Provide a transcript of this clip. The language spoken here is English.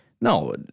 No